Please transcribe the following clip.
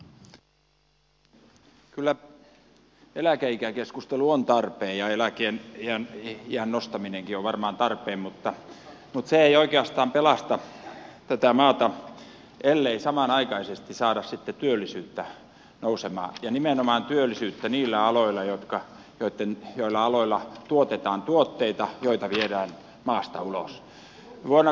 kyllä eläkeikäkeskustelu on tarpeen ja eläkeiän nostaminenkin on varmaan tarpeen mutta se ei oikeastaan pelasta tätä maata ellei samanaikaisesti saada sitten työllisyyttä nousemaan ja nimenomaan työllisyyttä niillä aloilla joilla aloilla tuotetaan tuotteita joita viedään maasta ulos